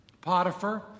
Potiphar